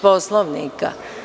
Poslovnika?